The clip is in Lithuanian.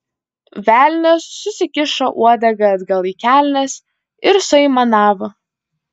velnias susikišo uodegą atgal į kelnes ir suaimanavo